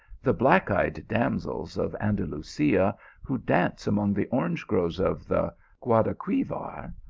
the black-eyed damsels of andalusia who dance among the orange groves of the guadal quiver,